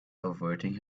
averting